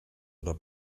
oder